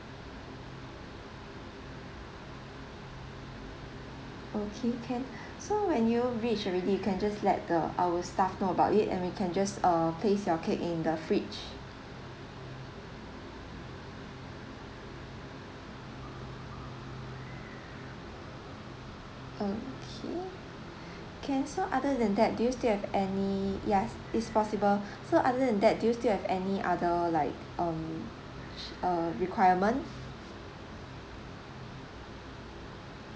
okay can so when you reach already you can just let the our staff know about it and we can just uh place your cake in the fridge okay can so other than that do you still have any yes is possible so other than that do you still have any other like um err requirement